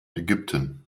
ägypten